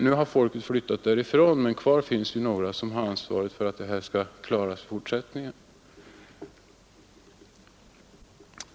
Nu har folk flyttat därifrån, men kvar finns några som har ansvaret för att detta skall klaras i fortsättningen.